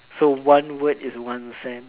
so one word is one cent